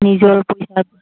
নিজৰ পইচাৰ পৰা